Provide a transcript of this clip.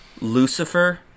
Lucifer